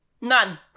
None